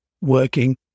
working